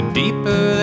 deeper